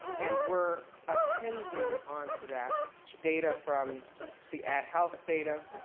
and we're appending on to that data from the add health data.